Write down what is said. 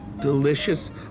Delicious